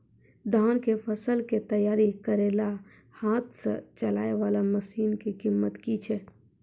धान कऽ फसल कऽ तैयारी करेला हाथ सऽ चलाय वाला मसीन कऽ कीमत की छै?